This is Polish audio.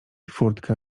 furtka